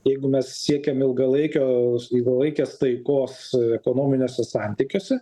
jeigu mes siekiam ilgalaikio ilgalaikės taikos ekonominiuose santykiuose